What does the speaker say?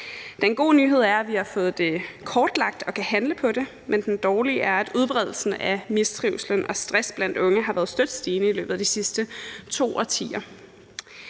Den gode nyhed er, at vi har fået det kortlagt, og at vi kan handle på det, men den dårlige nyhed er, at udbredelsen af mistrivsel og stress blandt unge har været støt stigende i løbet af de sidste to årtier.